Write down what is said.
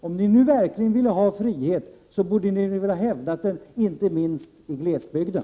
Om ni verkligen vill ha frihet borde ni ha betonat det inte minst för glesbygden.